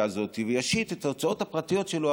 הזאת וישית את ההוצאות הפרטיות שלו,